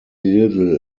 little